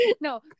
No